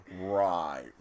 Right